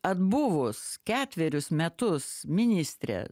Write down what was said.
atbuvus ketverius metus ministre